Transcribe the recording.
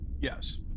Yes